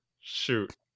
shoot